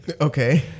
Okay